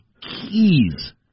keys